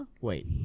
Wait